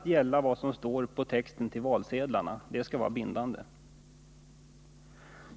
Det är endast vad som står i texten på valsedlarna som skall gälla — det skall vara bindande.